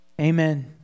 Amen